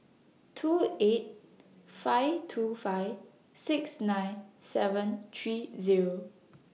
two eight five two five six nine seven three Zero